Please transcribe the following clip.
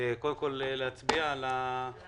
קודם כול, צריך להצביע על פתיחת